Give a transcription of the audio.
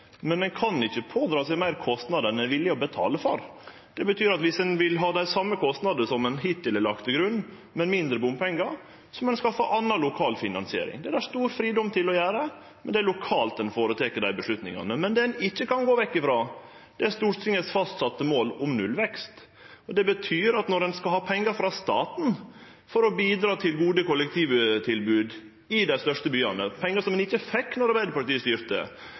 Men ein kan ikkje pådra seg større kostnader enn ein er villig til å betale. Viss ein vil ha dei same kostnadene som ein hittil har lagt til grunn, med mindre bompengar, må ein skaffe anna lokal finansiering. Det er det stor fridom til å gjere, men det er lokalt ein tek dei avgjerdene. Det ein ikkje kan gå vekk frå, er Stortingets fastsette mål om nullvekst. Det betyr at når ein skal ha pengar frå staten for å bidra til gode kollektivtilbod i dei største byane, pengar som ein ikkje fekk då Arbeidarpartiet styrte,